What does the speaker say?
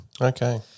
Okay